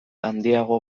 handiago